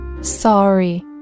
Sorry